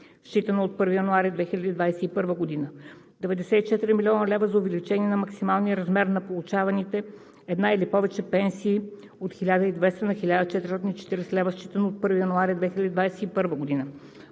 считано от 1 януари 2021 г.; 94,0 млн. лв. за увеличение на максималния размер на получаваните една или повече пенсии от 1200 лв. на 1440 лв., считано от 1 януари 2021 г.;